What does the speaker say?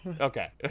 Okay